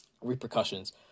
repercussions